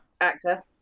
Actor